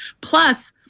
Plus